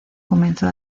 comenzó